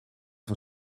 van